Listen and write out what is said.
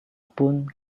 pun